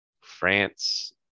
France